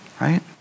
Right